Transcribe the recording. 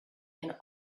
and